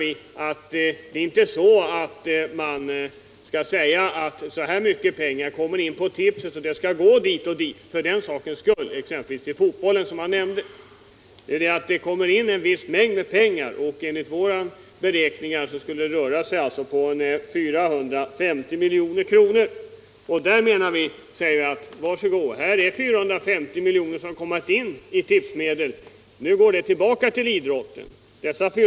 Vi menar inte att si eller så mycket pengar skall gå till exempelvis fotbollen i relation till hur mycket som kommit in genom tipset. Vi menar i stället att de ca 450 milj.kr. som tipset tar in skall gå tillbaka till idrotten.